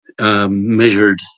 Measured